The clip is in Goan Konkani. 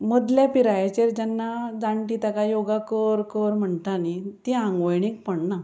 मदले पिरायेचेर जेन्ना जाणटी तेका योगा कर कर म्हणटा न्ही ती आंगवणीक पडना